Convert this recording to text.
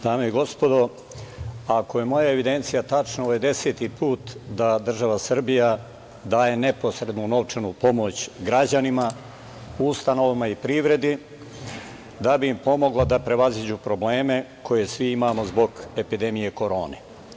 Dame i gospodo, ako je moja evidencija tačna, ovo je deseti put da država Srbija daje neposrednu novčanu pomoć građanima, ustanovama i privredi, da bi im pomogla da prevaziđu probleme koje svi imamo zbog epidemije korone.